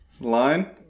line